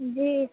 जी